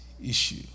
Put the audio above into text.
issue